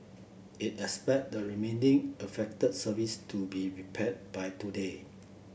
it expect the remaining affected service to be repaired by today